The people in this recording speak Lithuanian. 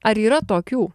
ar yra tokių